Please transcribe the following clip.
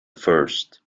first